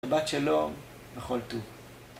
שבת שלום וכל טוב